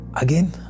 Again